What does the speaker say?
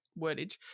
wordage